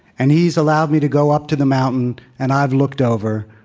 and he's allowed me to go up to the mountain. and i've looked over.